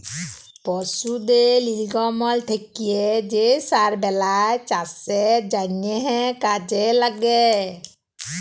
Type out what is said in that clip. পশুদের লির্গমল থ্যাকে যে সার বেলায় চাষের জ্যনহে কাজে ল্যাগে